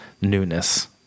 newness